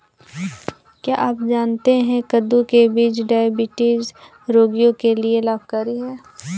क्या आप जानते है कद्दू के बीज डायबिटीज रोगियों के लिए लाभकारी है?